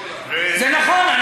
זה נכון.